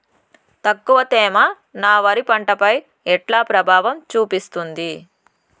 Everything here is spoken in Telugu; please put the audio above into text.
తక్కువ తేమ నా వరి పంట పై ఎట్లా ప్రభావం చూపిస్తుంది?